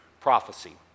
prophecy